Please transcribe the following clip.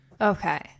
Okay